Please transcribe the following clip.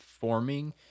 forming